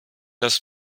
das